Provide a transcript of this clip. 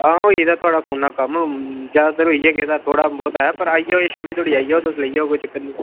हां होई गेदा ऐ थुआड़े फोनै दा कम्म जादातर होई गेदा थोड़ा बहुत ऐ पर आई जाएओ शाम्मी धोड़ी आई जाएओ तुस लेई जाएओ कोई चक्कर निं